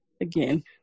again